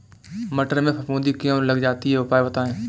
मटर में फफूंदी क्यो लग जाती है उपाय बताएं?